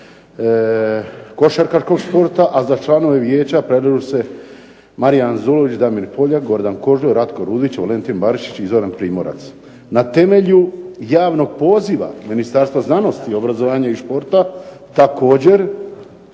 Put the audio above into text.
košarkaškog sporta, a za članove Vijeća predlažu se: Marija Anzulović, Damir Poljak, Gordan Kožulj, Ratko Rudić, Valentin Barišić i Zoran Primorac. Na temelju javnog poziva Ministarstva znanosti, obrazovanja i športa također